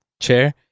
chair